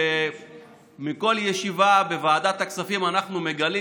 שבכל ישיבה בוועדת הכספים אנחנו מגלים